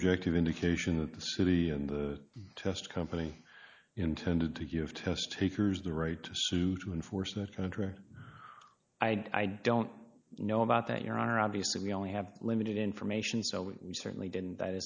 objective indication of the city in the test company intended to give test takers the right to sue to enforce that contra i don't know about that you are obviously we only have limited information so we certainly didn't that